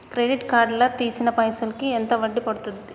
Credit card లా తీసిన పైసల్ కి ఎంత వడ్డీ పండుద్ధి?